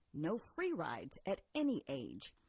no free rides at any age.